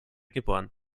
geboren